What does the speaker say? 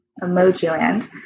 Emojiland